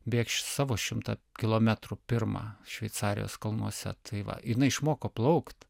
bėgs savo šimtą kilometrų pirmą šveicarijos kalnuose tai va jinai išmoko plaukt